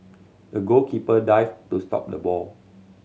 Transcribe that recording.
the goalkeeper dived to stop the ball